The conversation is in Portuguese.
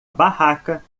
barraca